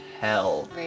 hell